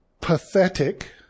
pathetic